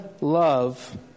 love